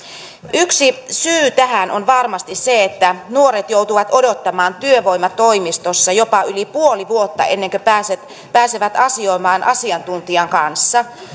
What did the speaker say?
yksi syy tähän on varmasti se että nuoret joutuvat odottamaan työvoimatoimistossa jopa yli puoli vuotta ennen kuin pääsevät pääsevät asioimaan asiantuntijan kanssa